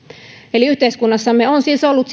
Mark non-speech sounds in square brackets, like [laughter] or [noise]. eli yhteiskunnassamme on siis ollut [unintelligible]